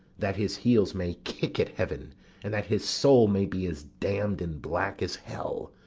that his heels may kick at heaven and that his soul may be as damn'd and black as hell,